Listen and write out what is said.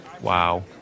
Wow